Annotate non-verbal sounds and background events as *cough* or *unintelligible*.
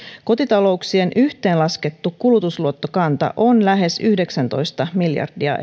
kotitalouksien yhteenlaskettu kulutusluottokanta on lähes yhdeksäntoista miljardia *unintelligible*